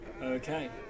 Okay